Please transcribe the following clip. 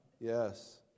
Yes